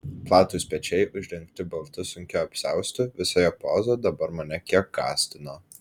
platūs pečiai uždengti baltu sunkiu apsiaustu visa jo poza dabar mane kiek gąsdino